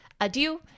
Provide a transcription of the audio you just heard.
Adieu